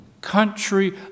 country